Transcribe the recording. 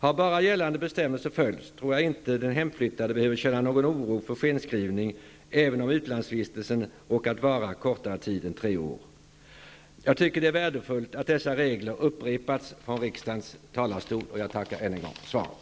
Har bara gällande bestämmelser följts tror jag inte den hemflyttade behöver känna någon oro för skenskrivning, även om utlansvistelsen råkat vara en kortare period än tre år. Jag tycker att det är värdefullt att dessa regler upprepas från riksdagens talarstol. Jag tackar än en gång för svaret.